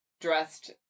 dressed